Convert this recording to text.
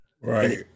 Right